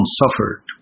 suffered